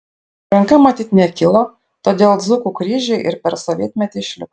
ranka matyt nekilo todėl dzūkų kryžiai ir per sovietmetį išliko